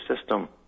system